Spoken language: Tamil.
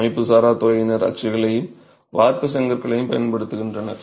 அமைப்புசாரா துறையினர் அச்சுகளையும் வார்ப்பு செங்கற்களையும் பயன்படுத்துகின்றனர்